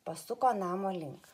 pasuko namo link